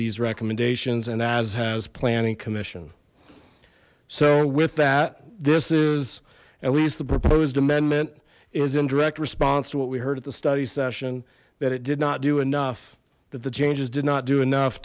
these recommendations and as has planning commission so with that this is at least the proposed amendment is in direct response to what we heard at the study session that it did not do enough that the changes did not do enough